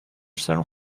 chalon